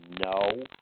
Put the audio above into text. No